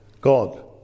God